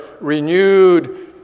renewed